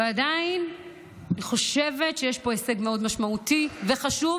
ועדיין אני חושבת שיש פה הישג מאוד משמעותי וחשוב,